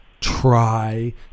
try